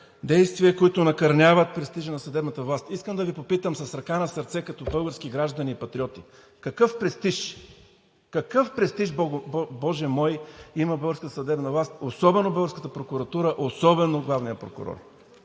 „Действия, които накърняват престижа на съдебната власт“. Искам да Ви попитам с ръка на сърце като български граждани и патриоти – какъв престиж, какъв престиж, боже мой, има българската съдебна власт, особено българската прокуратура, особено главният прокурор,